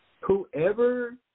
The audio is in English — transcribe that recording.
Whoever